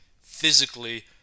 physically